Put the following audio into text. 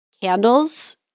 candles